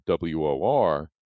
WOR